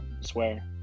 Swear